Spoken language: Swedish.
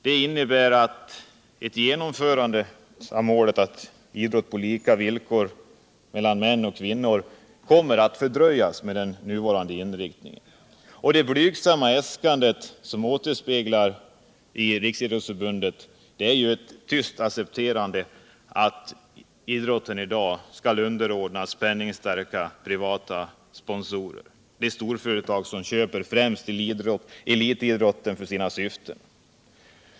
Den innebär också att genomförandet av målet om idrott på lika villkor för kvinnor och män fördröjs. Det blygsamma äskandet återspeglar också ett tyst accepterande av att idrotten även fortsättningsvis skall vara underordnad penningstarka privata sponsorer, de storföretag som köper främst elitidrotten för sina syften.